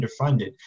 underfunded